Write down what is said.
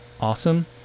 awesome